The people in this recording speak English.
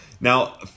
Now